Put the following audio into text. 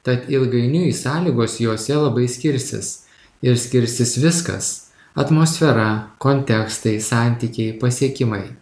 tad ilgainiui sąlygos jose labai skirsis ir skirsis viskas atmosfera kontekstai santykiai pasiekimai